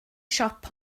siop